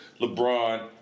LeBron